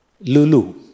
lulu